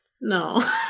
No